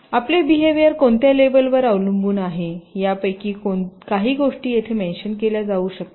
आपले बीहेवियर कोणत्या लेवलवर अवलंबून आहेयापैकी काही गोष्टी येथे मेन्शन केल्या जाऊ शकतात